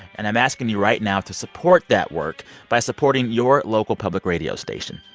and i'm asking you right now to support that work by supporting your local public radio station.